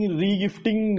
re-gifting